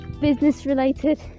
business-related